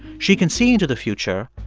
she can see into the future,